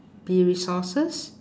be resources